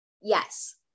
yes